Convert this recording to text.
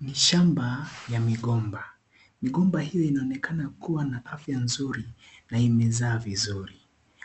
Ni shamba ya migomba. Migomba hii inaonekana kuwa na afya nzuri na imezaa vizuri,